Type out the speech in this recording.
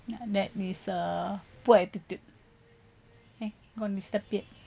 that is uh good attitude okay not stupid